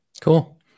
Cool